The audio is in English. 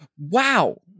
Wow